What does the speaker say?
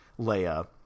Leia